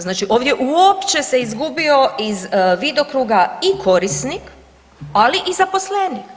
Znači ovdje uopće se izgubio iz vidokruga i korisnik ali i zaposlenik.